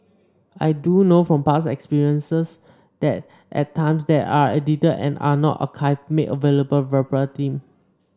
I do know from past experience that at times they are edited and are not archived and made available verbatim